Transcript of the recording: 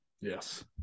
yes